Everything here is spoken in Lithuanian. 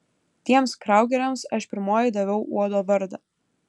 tiems kraugeriams aš pirmoji daviau uodo vardą